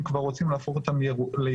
אם כבר רוצים להפוך אותן לירוקות,